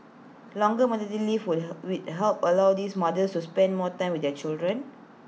longer maternity leave would wait held allow these mothers to spend more time with their children